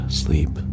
sleep